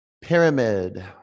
Pyramid